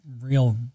real